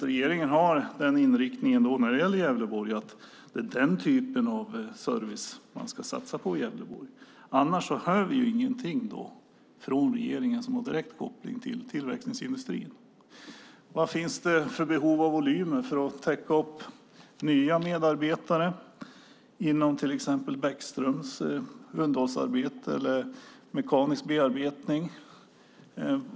Regeringen har kanske inriktningen när det gäller Gävleborg att det är den typen av service man ska satsa på. Annars hör vi inget från regeringen som har direkt koppling till tillverkningsindustrin. Vilka volymer behövs för att täcka behovet av nya medarbetare inom till exempel Bäckströms underhållsarbete eller mekaniska bearbetning?